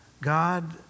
God